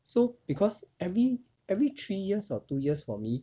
so because every every three years or two years for me